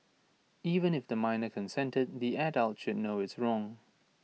even if the minor consented the adult should know it's wrong